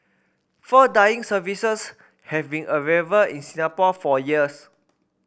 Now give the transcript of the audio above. fur dyeing services have been available in Singapore for years